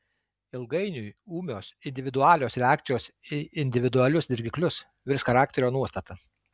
ilgainiui ūmios individualios reakcijos į individualius dirgiklius virs charakterio nuostata